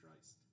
christ